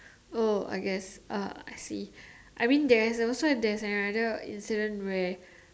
oh I guess uh I see I mean there is also there's another incident where